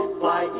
fly